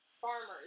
farmers